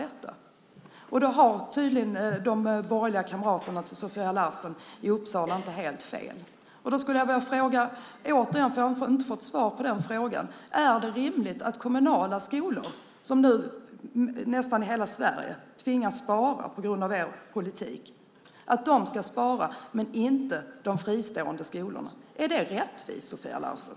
Där har tydligen de borgerliga kamraterna till Sofia Larsen i Uppsala inte helt fel. Eftersom jag inte fått svar skulle jag vilja fråga igen: Är det rimligt att kommunala skolor i nästan hela Sverige tvingas spara på grund av er politik men inte de fristående skolorna? Är det rättvist, Sofia Larsen?